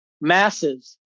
masses